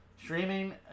streaming